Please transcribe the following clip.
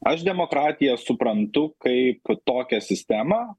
aš demokratiją suprantu kaip tokią sistemą